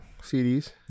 CDs